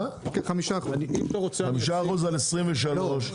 5% על 2023,